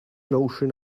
notion